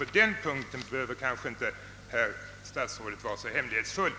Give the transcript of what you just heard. På den punkten behövde kanske statsrådet därför inte vara så hemlighetsfull.